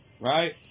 right